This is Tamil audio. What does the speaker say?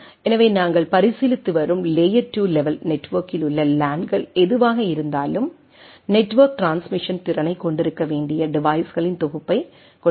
எனவே நாங்கள் பரிசீலித்து வரும் லேயர் 2 லெவல் நெட்வொர்க்கில் உள்ள லேன்கள் எதுவாக இருந்தாலும் நெட்வொர்க் டிரான்ஸ்மிஷன் திறனைக் கொண்டிருக்க வேண்டிய டிவைஸ்களின் தொகுப்பைக் கொண்டிருக்கும்